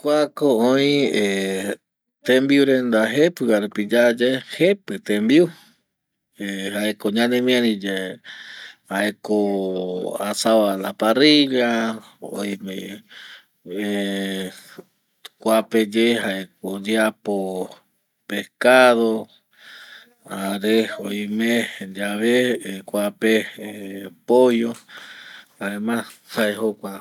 Kua ko oi tembiu renda jepi rupi va yae ye jepi tembiu ˂hesitation˃ jaeko yanemiari yave jaeko asao a la parrilla oime ˂hesitation˃ kuape ye jae ko oyeapo pescado jare oime yave kuape pollo jaema jae jokua